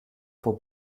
for